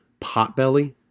Potbelly